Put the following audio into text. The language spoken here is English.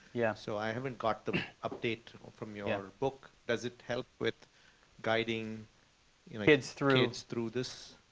yeah so i haven't got the update from your book. does it help with guiding kids through kids through this?